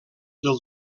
del